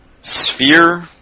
Sphere